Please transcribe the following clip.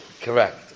Correct